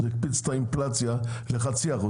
זה הקפיץ את האינפלציה לחצי אחוז,